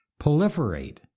proliferate